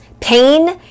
pain